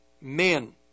men